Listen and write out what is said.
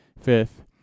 fifth